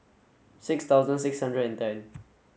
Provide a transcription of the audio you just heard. six thousand six hundred and ten